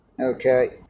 Okay